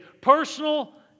Personal